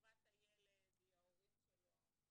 טובת הילד היא ההורים שלו,